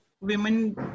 women